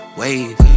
wave